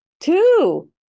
Two